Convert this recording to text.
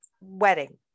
wedding